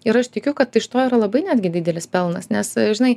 ir aš tikiu kad iš to yra labai netgi didelis pelnas nes žinai